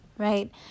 Right